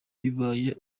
bibaye